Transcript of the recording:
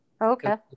Okay